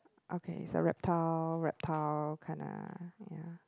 okay it's a reptile reptile kinda ya